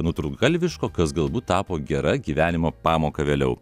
nutrūktgalviško kas galbūt tapo gera gyvenimo pamoka vėliau